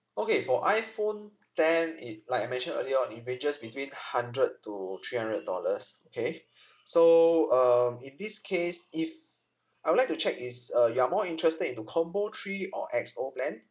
okay for iphone ten it like I mentioned earlier on it ranges between hundred to three hundred dollars okay so um in this case if I would like to check is uh you are more interested into combo three or X_O plan